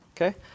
Okay